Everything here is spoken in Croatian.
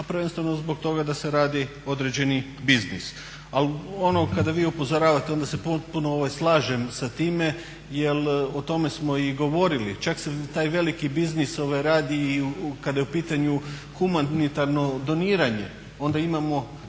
a prvenstveno zbog toga da se radi određeni biznis. Ali ono kada vi upozoravate onda se potpuno slažem sa time jer o tome smo i govorili. Čak se taj veliki biznis radi i kada je u pitanju humanitarno doniranje, onda imamo